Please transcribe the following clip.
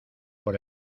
por